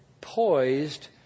poised